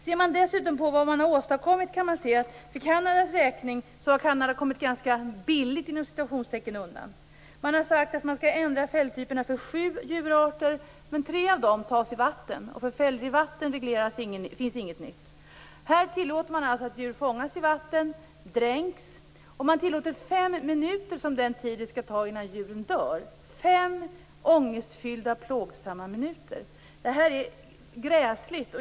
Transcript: Ser man på vad som har åstadkommits har Kanada kommit ganska "billigt" undan. Man har sagt att man skall ändra fälltyperna för sju djurarter, men tre av dessa fångas i vatten och för fällor i vatten finns det inte någon ny reglering. Här tillåter man att djur fångas i vatten och att de dränks. Den tillåtna tiden innan djuren dör är fem minuter - fem ångestfyllda och plågsamma minuter! Detta är gräsligt.